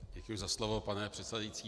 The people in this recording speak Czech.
Děkuji za slovo, pane předsedající.